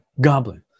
goblin